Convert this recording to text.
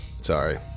Sorry